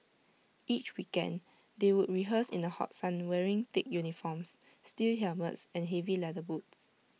each weekend they would rehearse in the hot sun wearing thick uniforms steel helmets and heavy leather boots